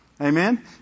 Amen